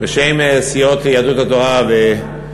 בשם סיעות יהדות התורה וש"ס,